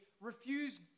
refuse